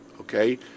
okay